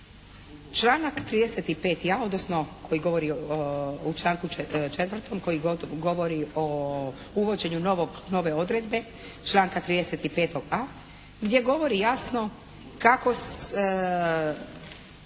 Članak 35.a, odnosno koji govori u članku 4. koji govori o uvođenju nove odredbe članka 35.a gdje govori jasno kako čelnik